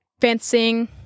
fencing